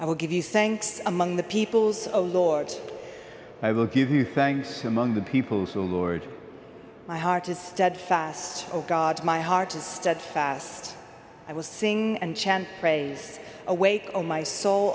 i will give you thanks among the peoples a lord i will give you things among the peoples who lord my heart is steadfast oh god my heart is steadfast i was saying and chant praise awake on my so